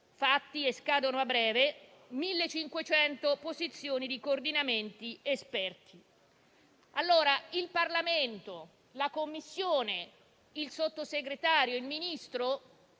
e scadono a breve), 1.500 posizioni di coordinamenti esperti. Il Parlamento, la Commissione, il Sottosegretario e il Ministro